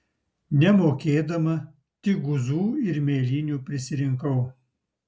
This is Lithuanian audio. nemokėdama tik guzų ir mėlynių prisirinkau